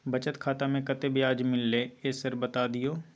बचत खाता में कत्ते ब्याज मिलले ये सर बता दियो?